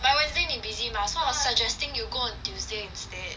but wednesday 你 busy mah so I was suggesting you go tuesday instead